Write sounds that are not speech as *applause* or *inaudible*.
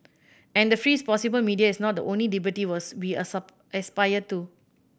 and the freest possible media is not the only liberty was we *unintelligible* aspire to